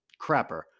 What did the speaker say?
crapper